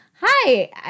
Hi